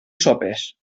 sopes